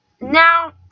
now